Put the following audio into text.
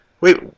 wait